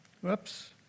Whoops